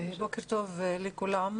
בוקר טוב לכולם.